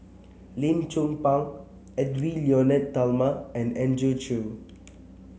Lim Chong Pang Edwy Lyonet Talma and Andrew Chew